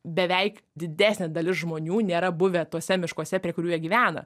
beveik didesnė dalis žmonių nėra buvę tuose miškuose prie kurių jie gyvena